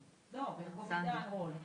הרצנו או עידן רול.